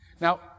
now